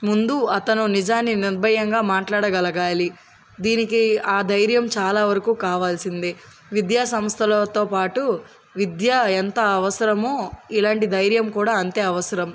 ముందు అతను నిజాన్ని నిర్భయంగా మాట్లాడగలగాలి దీనికి ఆ ధైర్యం చాలా వరకు కావాల్సిందే విద్యా సంస్థలతో పాటు విద్య ఎంత అవసరమో ఇలాంటి ధైర్యం కూడా అంతే అవసరం